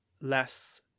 less